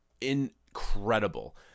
incredible